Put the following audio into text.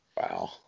Wow